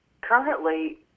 Currently